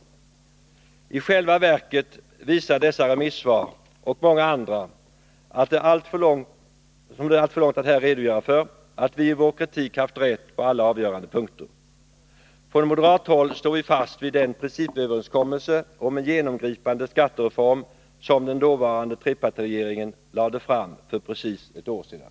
I själva verket visar dessa remissvar och många andra — som det skulle föra alltför långt att här redogöra för — att vi i vår kritik har haft rätt på alla avgörande punkter. Från moderat håll står vi fast vid den principöverenskommelse om en genomgripande skattereform som den dåvarande trepartiregeringen lade fram för precis ett år sedan.